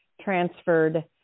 transferred